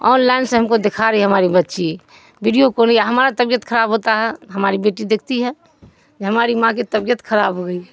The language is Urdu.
آنلائن سے ہم کو دکھا رہی ہے ہماری بچی ویڈیو کال یا ہمارا طبیعت خراب ہوتا ہے ہماری بیٹی دیکھتی ہے ہماری ماں کی طبیعت خراب ہو گئی